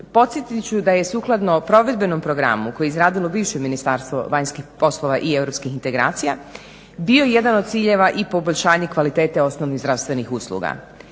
podsjetit ću da je sukladno provedbenom programu koje je izradilo bivše Ministarstvo vanjskih poslova i europskih integracija bio jedan od ciljeva i poboljšanje kvalitete osnovnih zdravstvenih usluga.